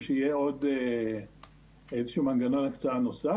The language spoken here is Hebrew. שיהיה עוד איזה שהוא מנגנון הקצאה נוסף.